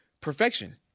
Perfection